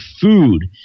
food